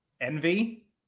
Envy